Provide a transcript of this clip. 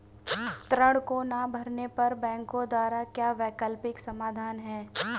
ऋण को ना भरने पर बैंकों द्वारा क्या वैकल्पिक समाधान हैं?